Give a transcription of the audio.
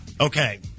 Okay